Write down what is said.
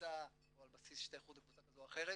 מוצא או על בסיס השתייכות לקבוצה כזאת או אחרת.